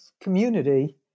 community